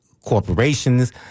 corporations